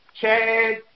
Chad